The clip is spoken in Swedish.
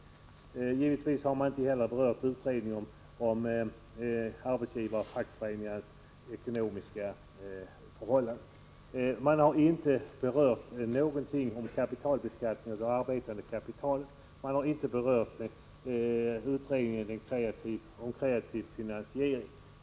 Man har givetvis inte heller diskuterat utredning om arbetsgivarorganisationers och fackföreningars ekonomiska förhållanden, man har inte behandlat kapitalbeskattningen av det arbetande kapitalet, och man har inte berört utredningen om kreativ finansiering.